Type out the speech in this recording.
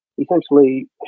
essentially